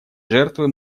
жертвы